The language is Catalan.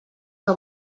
que